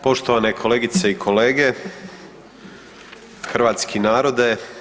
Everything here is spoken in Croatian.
Poštovane kolegice i kolege, hrvatski narode.